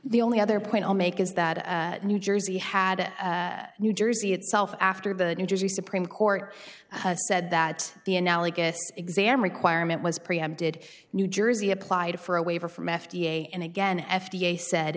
the only other point i'll make is that new jersey had new jersey itself after the new jersey supreme court said that the analogous exam requirement was preempted new jersey applied for a waiver from f d a and again f d a said